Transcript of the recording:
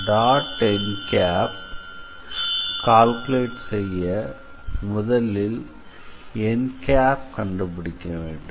n calculate செய்ய முதலில் n கண்டுபிடிக்க வேண்டும்